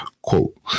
Quote